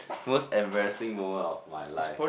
most embarrassing moment of my life